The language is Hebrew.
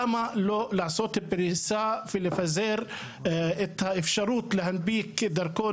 למה לא לעשות פריסה ולפזר את האפשרות להנפיק דרכון